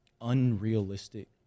unrealistic